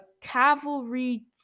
cavalry